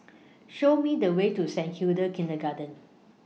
Show Me The Way to Saint Hilda's Kindergarten